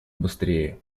быстрее